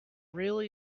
really